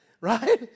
Right